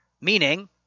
Meaning